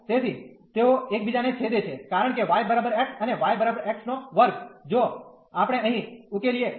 તેથી તેઓ એકબીજાને છેદે છે કારણ કે y x અને yx2 જો આપણે અહીં ઉકેલીએ તો